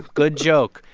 good joke.